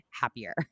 happier